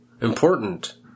important